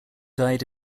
died